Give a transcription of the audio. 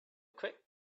quick